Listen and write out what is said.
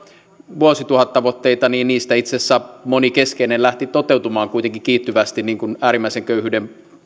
vuosituhattavoitteita niistä itse asiassa moni keskeinen lähti kuitenkin toteutumaan kiihtyvästi niin kuin äärimmäisen köyhyyden